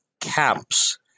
camps